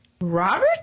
Robert